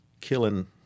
killing